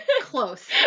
close